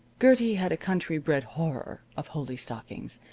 gertie had a country-bred horror of holey stockings.